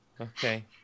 Okay